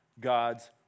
God's